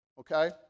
Okay